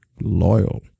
Loyal